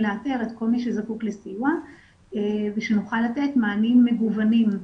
לאתר את כל מי שזקוק לסיוע ושנוכל לתת מענים מגוונים,